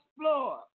floor